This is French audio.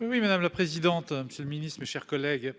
oui madame la présidente. Monsieur le Ministre, mes chers collègues.